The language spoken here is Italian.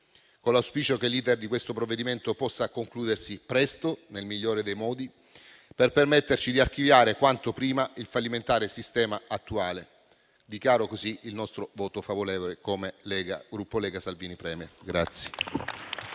con l'auspicio che l'*iter* di questo provvedimento possa concludersi presto e nel migliore dei modi, per permetterci di archiviare quanto prima il fallimentare sistema attuale. Dichiaro pertanto il voto favorevole del Gruppo Lega Salvini Premier-Partito